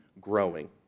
growing